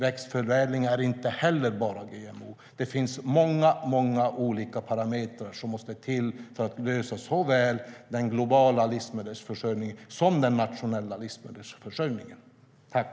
Växtförädling är inte heller bara GMO. Det finns många olika parametrar som måste till för att lösa såväl den globala livsmedelsförsörjningen som den nationella livsmedelsförsörjningen.